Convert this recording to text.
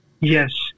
yes